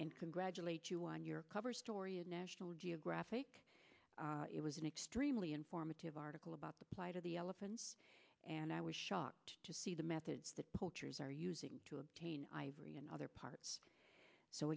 and congratulate you on your cover story in national geographic it was an extremely informative article about the plight of the elephants and i was shocked to see the methods that poachers are using to obtain ivory in other parts so